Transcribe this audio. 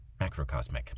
macrocosmic